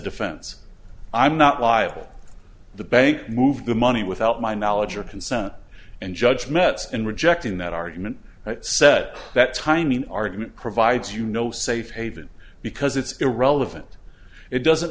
defense i'm not liable the bank moved the money without my knowledge or consent and judge metz in rejecting that argument said that timing argument provides you no safe haven because it's irrelevant it doesn't